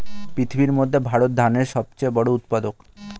পৃথিবীর মধ্যে ভারত ধানের সবচেয়ে বড় উৎপাদক